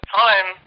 time